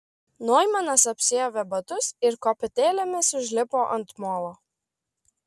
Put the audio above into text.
noimanas apsiavė batus ir kopėtėlėmis užlipo ant molo